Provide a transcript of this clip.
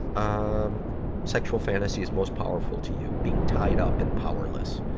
um sexual fantasies most powerful to you being tied up and powerless.